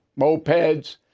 mopeds